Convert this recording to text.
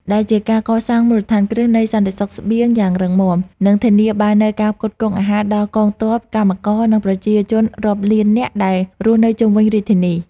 ដែលជាការកសាងមូលដ្ឋានគ្រឹះនៃសន្តិសុខស្បៀងយ៉ាងរឹងមាំ និងធានាបាននូវការផ្គត់ផ្គង់អាហារដល់កងទ័ព កម្មករ និងប្រជាជនរាប់លាននាក់ដែលរស់នៅជុំវិញរាជធានី។